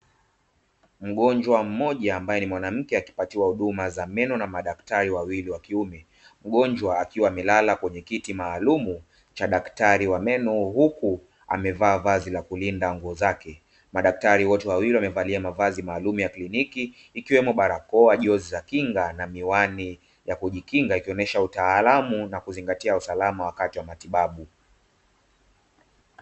Mgonjwa mmoja ambae ni mwanamke akipatiwa huduma za meno na madaktari wawili wakiume. Mgonjwa akiwa amelala kwenye kiti maalumu cha daktari wa meno, huku amevaa vazi la kulinda nguo zake. Mdaktari wote wawili wamevalia mavazi maalumu ya kliniki, ikiwemo barakoa, jozi za kinga na miwani ya kujikinga, ikionyesha utaalamu na kuzingatia usalama wakati wa matibabu.